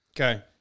Okay